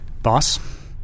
Boss